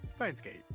Steinsgate